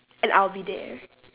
and I'll be there